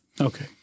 Okay